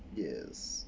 yes